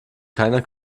keiner